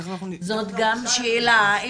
זאת גם שאלה.